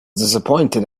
disappointed